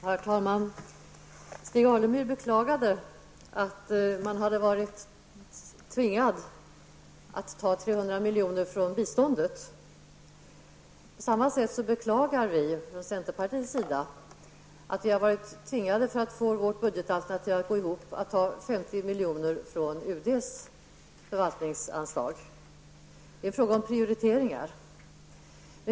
Herr talman! Stig Alemyr beklagade att man hade varit tvungen att ta 300 milj. från biståndet. På samma sätt beklagar vi från centerpartiets sida att vi, för att få vårt budgetalternativ att gå ihop, varit tvungna att ta 50 milj. från UDs förvaltningsanslag. Det är en fråga om prioriteringar.